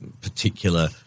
particular